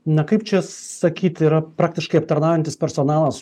na kaip čia sakyt yra praktiškai aptarnaujantis personalas